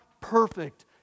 perfect